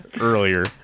Earlier